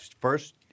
first